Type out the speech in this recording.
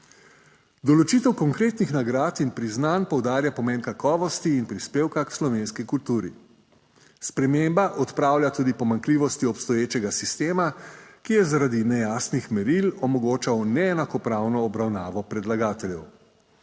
Določitev konkretnih nagrad in priznanj poudarja pomen kakovosti in prispevka k slovenski kulturi. Sprememba odpravlja tudi pomanjkljivosti obstoječega sistema, ki je zaradi nejasnih meril omogočal neenakopravno obravnavo predlagateljev.